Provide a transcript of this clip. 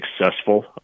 successful